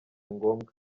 ngombwa